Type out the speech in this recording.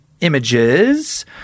images